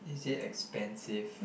is it expensive